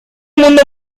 mundo